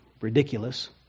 ridiculous